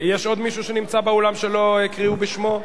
יש עוד מישהו שנמצא באולם ולא הקריאו את שמו?